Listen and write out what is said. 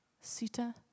Sita